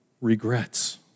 regrets